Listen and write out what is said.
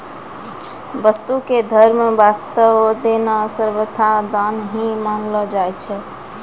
वस्तु क धर्म वास्तअ देना सर्वथा दान ही मानलो जाय छै